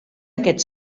aquest